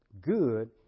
good